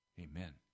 Amen